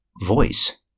voice